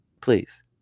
Please